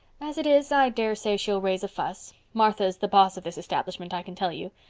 as it is, i daresay she'll raise a fuss. martha's the boss of this establishment i can tell you.